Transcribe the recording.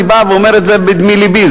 אני בא ואומר את זה בדם לבי,